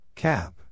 Cap